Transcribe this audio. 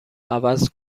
عوض